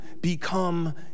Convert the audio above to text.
become